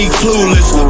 clueless